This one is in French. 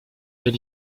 elle